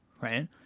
right